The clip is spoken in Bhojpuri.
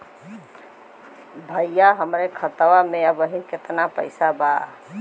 भईया हमरे खाता में अबहीं केतना पैसा बा?